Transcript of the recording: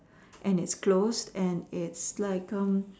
and it's closed and it's like um